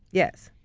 yes,